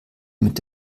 mit